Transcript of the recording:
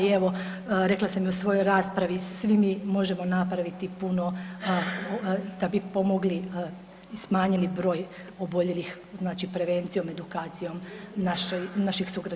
I evo rekla sam i u svojoj raspravi, svi mi možemo napraviti puno da bi pomogli i smanjili broj oboljelih znači prevencijom, edukacijom naših sugrađana.